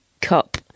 cup